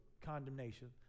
condemnation